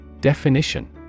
Definition